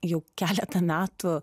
jau keletą metų